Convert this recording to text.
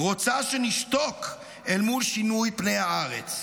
רוצה שנשתוק אל מול שינוי פני הארץ,